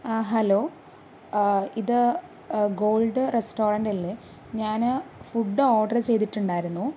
hello ഇത് gold റെസ്റ്റോറന്റല്ലേ ഞാൻ ഫുഡ് ഓർഡർ ചെയ്തിട്ടുണ്ടായിരുന്നു